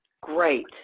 Great